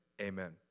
amen